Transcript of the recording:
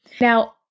Now